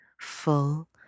full